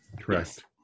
Correct